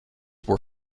were